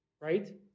right